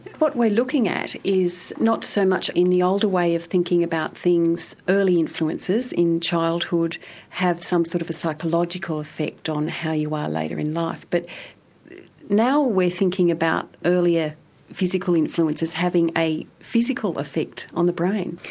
what we're looking at is not so much in the older way of thinking about things, early influences in childhood have some sort of a psychological affect on how you are later in life. but now we're thinking about earlier physical influences, having a physical affect on the brain.